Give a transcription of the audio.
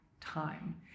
time